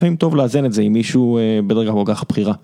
אם טוב לאזן את זה עם מישהו בדרגה כל כך בכירה.